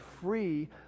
free